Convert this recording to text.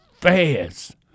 fast